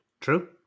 true